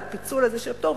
על הפיצול הזה של הפטור,